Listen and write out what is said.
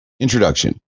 Introduction